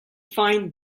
find